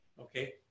okay